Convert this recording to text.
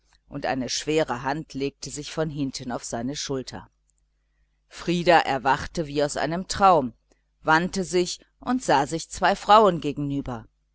und eine schwere hand legte sich von hinten auf seine schulter frieder erwachte wie aus einem traum wandte sich und sah sich zwei frauen gegenüber